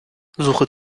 suche